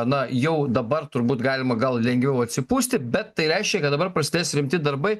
na jau dabar turbūt galima gal lengviau atsipūsti bet tai reiškia kad dabar prasidės rimti darbai